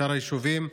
שאר היישובים,